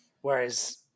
Whereas